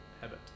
habit